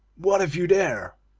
what have you there?